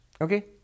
Okay